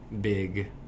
big